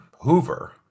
Hoover